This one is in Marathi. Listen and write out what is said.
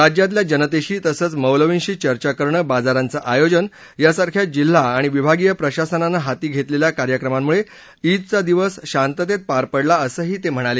राज्यातल्या जनतेशी तसंच मौलवींशी चर्चा करणे बाजारांच आयोजन यासारख्या जिल्हा अणि विभागीय प्रशासनानं हाती घेतलेल्या कार्यक्रमांमुळे ईदचा दिवस शांततेत पार पडला असंही त्यांनी सांगितलं